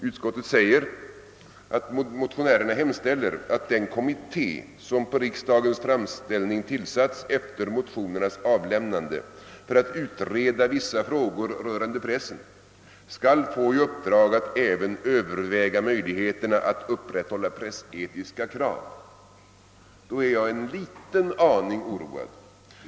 Utskottet skriver: »De» — dvs. motionärerna — »hemställer att den kommitté, som på riksdagens framställning tillsatts — efter motionernas avlämnande — för att utreda vissa frågor rörande pressen, skall få i uppdrag att även överväga möjligheterna att upprätthålla pressetiska krav.» Då är jag en aning oroad.